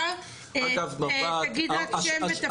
בבקשה, תגיד רק שם ותפקיד.